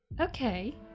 Okay